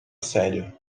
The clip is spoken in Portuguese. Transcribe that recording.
sério